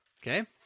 Okay